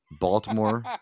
Baltimore